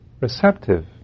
receptive